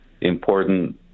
important